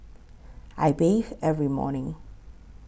I bathe every morning